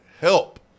help